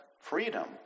freedom